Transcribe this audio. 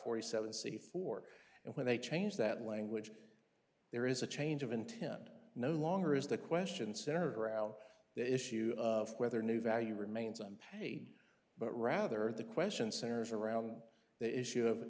forty seven c four and when they change that language there is a change of intent no longer is the question centers around the issue of whether new value remains unpaid but rather the question centers around the issue of